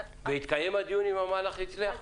התקיים הדיון אם המהלך הצליח?